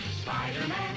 Spider-Man